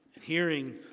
Hearing